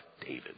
David